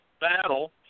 battle